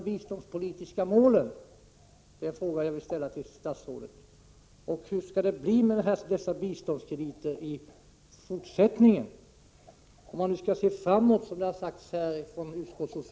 Utskottsordföranden har sagt att vi skall se framåt, och det tycker jag är riktigt.